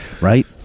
Right